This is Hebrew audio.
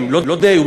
משעמם לא די,